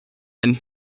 and